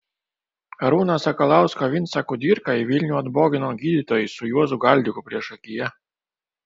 arūno sakalausko vincą kudirką į vilnių atbogino gydytojai su juozu galdiku priešakyje